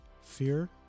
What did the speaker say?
fear